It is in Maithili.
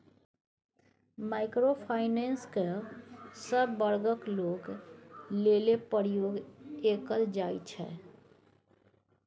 माइक्रो फाइनेंस केँ सब बर्गक लोक लेल प्रयोग कएल जाइ छै